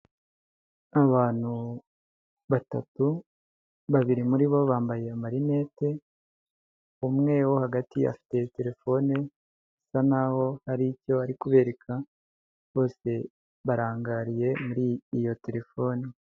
Abantu batatu, babiri muri bo bambaye amarinete, umwe wo hagati afite telefone, asa n'aho hari icyo bari kubereka, bose barangariye muri iyo telefone.